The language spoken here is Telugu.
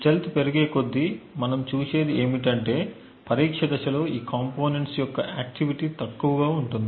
స్టీల్త్ పెరిగేకొద్దీ మనం చూసేది ఏమిటంటే పరీక్ష దశలో ఈ కంపోనెంట్స్ యొక్క ఆక్టివిటీ తక్కువగా ఉంటుంది